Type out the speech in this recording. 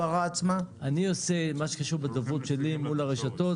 אני עושה במה שקשור בדוברות שלי מול הרשתות,